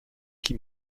qui